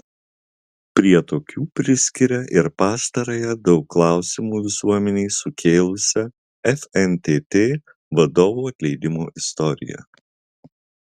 prie tokių priskiria ir pastarąją daug klausimų visuomenei sukėlusią fntt vadovų atleidimo istoriją